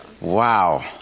Wow